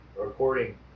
recording